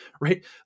right